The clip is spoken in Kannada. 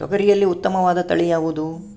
ತೊಗರಿಯಲ್ಲಿ ಉತ್ತಮವಾದ ತಳಿ ಯಾವುದು?